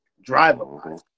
driver